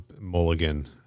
Mulligan